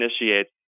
initiates